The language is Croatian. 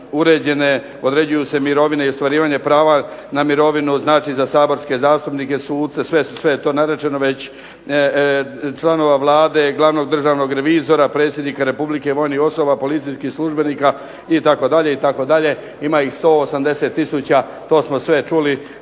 način, uređuju se mirovine i ostvarivanje prava na mirovinu znači za saborske zastupnike, suce, sve je to već rečeno, članova Vlade, glavnog državnog revizora, Predsjednika Republike, vojnih osoba, policijskih službenika itd., ima ih 180 tisuća to smo sve čuli,